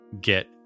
get